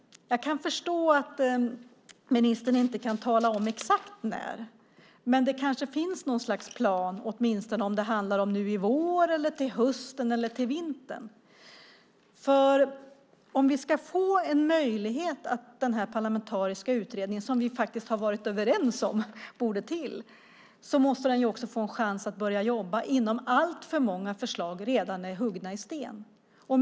Jag kan förstå att ministern inte kan tala om exakt när. Men det kanske finns något slags plan. Man kan åtminstone säga om det handlar om nu i vår, till hösten eller till vintern. Vi har varit överens om att den parlamentariska utredningen borde komma till. Den måste ha en chans att börja jobba innan alltför många förslag är huggna i sten.